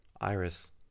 Iris